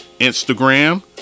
Instagram